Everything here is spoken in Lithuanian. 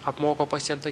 apmoko pacientą